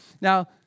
Now